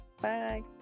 bye